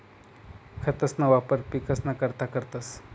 खतंसना वापर पिकसना करता करतंस